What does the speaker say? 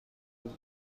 بود